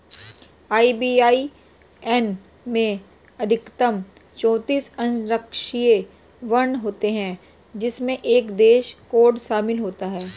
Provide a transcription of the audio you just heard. IBAN में अधिकतम चौतीस अक्षरांकीय वर्ण होते हैं जिनमें एक देश कोड शामिल होता है